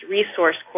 Resource